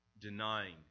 denying